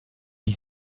wie